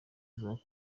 ivuga